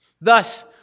Thus